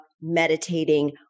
meditating